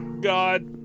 God